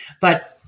but-